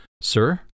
Sir